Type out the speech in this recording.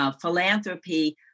Philanthropy